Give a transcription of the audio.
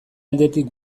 aldetik